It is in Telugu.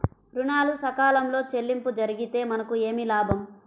ఋణాలు సకాలంలో చెల్లింపు జరిగితే మనకు ఏమి లాభం?